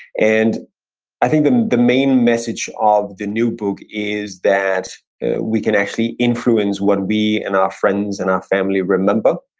and i think the the main message of the new book is that we can actually influence what we and our friends and our family remember,